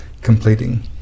completing